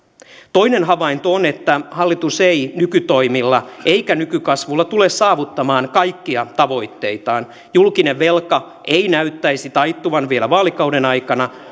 toinen havainto on että hallitus ei nykytoimilla eikä nykykasvulla tule saavuttamaan kaikkia tavoitteitaan julkinen velka ei näyttäisi taittuvan vielä vaalikauden aikana